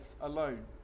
alone